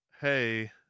hey